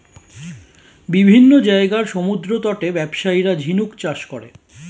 বিভিন্ন জায়গার সমুদ্রতটে ব্যবসায়ীরা ঝিনুক চাষ করে